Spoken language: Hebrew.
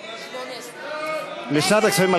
סעיף תקציבי 12,